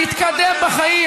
להתקדם בחיים,